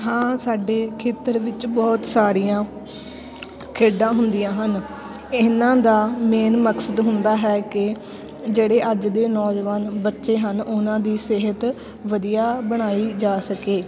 ਹਾਂ ਸਾਡੇ ਖੇਤਰ ਵਿੱਚ ਬਹੁਤ ਸਾਰੀਆਂ ਖੇਡਾਂ ਹੁੰਦੀਆਂ ਹਨ ਇਹਨਾਂ ਦਾ ਮੇਨ ਮਕਸਦ ਹੁੰਦਾ ਹੈ ਕਿ ਜਿਹੜੇ ਅੱਜ ਦੇ ਨੌਜਵਾਨ ਬੱਚੇ ਹਨ ਉਹਨਾਂ ਦੀ ਸਿਹਤ ਵਧੀਆ ਬਣਾਈ ਜਾ ਸਕੇ